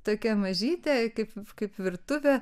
tokia mažytė kaip kaip virtuvė